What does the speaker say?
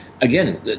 again